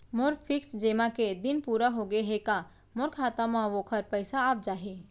मोर fix जेमा के दिन पूरा होगे हे का मोर खाता म वोखर पइसा आप जाही?